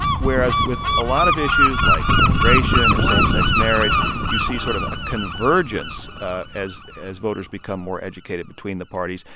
whereas with a lot of issues like immigration or same-sex marriage you see sort of a convergence as as voters become more educated between the parties,